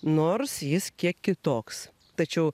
nors jis kiek kitoks tačiau